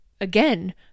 again